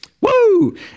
Woo